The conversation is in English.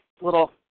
little